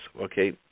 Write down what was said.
Okay